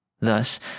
Thus